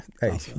Hey